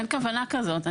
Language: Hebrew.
אין כוונה כזאת.